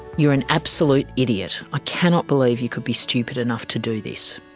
you are an absolute idiot. i cannot believe you could be stupid enough to do this.